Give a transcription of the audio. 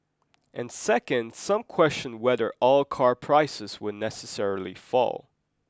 and second some question whether all car prices will necessarily fall